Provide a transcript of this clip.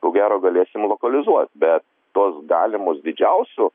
ko gero galėsim lokalizuot bet tuos galimus didžiausių